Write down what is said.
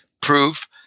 proof